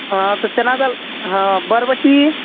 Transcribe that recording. हां तर चणाडाळ हा बरबटी